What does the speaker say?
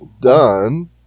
done